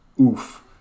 oof